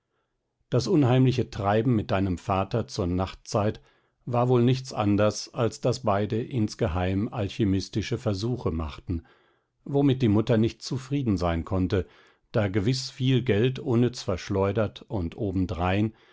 das unheimliche treiben mit deinem vater zur nachtzeit war wohl nichts anders als daß beide insgeheim alchymistische versuche machten womit die mutter nicht zufrieden sein konnte da gewiß viel geld unnütz verschleudert und obendrein